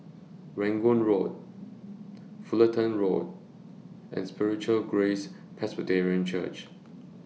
Rangoon Road Fulton Road and Spiritual Grace Presbyterian Church